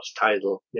title